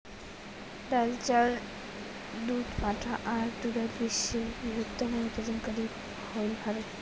ডাইল, চাউল, দুধ, পাটা আর তুলাত বিশ্বের বৃহত্তম উৎপাদনকারী হইল ভারত